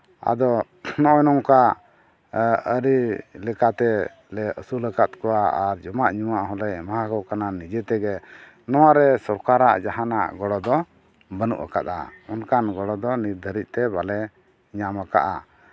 ᱟᱫᱚ ᱱᱚᱜᱼᱚᱭ ᱱᱚᱝᱠᱟ ᱟᱹᱨᱤ ᱞᱮᱠᱟᱛᱮ ᱞᱮ ᱟᱹᱥᱩᱞᱟᱠᱟᱫ ᱠᱚᱣᱟ ᱟᱨ ᱡᱚᱢᱟᱜ ᱧᱩᱣᱟᱜ ᱦᱚᱸᱞᱮ ᱮᱢᱟᱣᱟᱠᱚ ᱠᱟᱱᱟ ᱱᱤᱡᱮ ᱛᱮᱜᱮ ᱱᱚᱣᱟ ᱨᱮ ᱥᱚᱨᱠᱟᱨᱟᱜ ᱡᱟᱦᱟᱱᱟᱜ ᱜᱚᱲᱚ ᱫᱚ ᱵᱟᱹᱱᱩ ᱟᱠᱟᱫᱼᱟ ᱚᱱᱠᱟᱱ ᱜᱚᱲᱚ ᱫᱚ ᱱᱤᱛ ᱫᱷᱟᱹᱨᱤᱡᱽ ᱛᱮ ᱵᱟᱞᱮ ᱧᱟᱢᱟᱠᱟᱫᱼᱟ